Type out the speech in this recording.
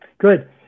good